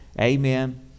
Amen